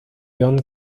john